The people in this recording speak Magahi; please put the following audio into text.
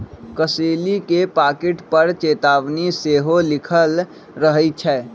कसेली के पाकिट पर चेतावनी सेहो लिखल रहइ छै